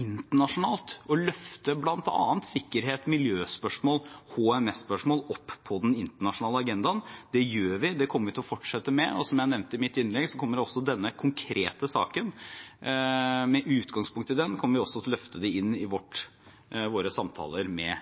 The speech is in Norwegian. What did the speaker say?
internasjonalt og å løfte bl.a. sikkerhet, miljøspørsmål og HMS-spørsmål opp på den internasjonale agendaen. Det gjør vi, det kommer vi til å fortsette med. Og som jeg nevnte i mitt innlegg, kommer vi også til – med utgangspunkt i denne konkrete saken – å løfte det inn i våre samtaler med